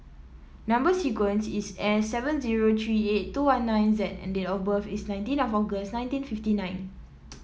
number sequence is S seven zero three eight two one nine Z and date of birth is nineteen of August nineteen fifty nine